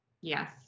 Yes